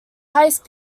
highest